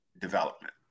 development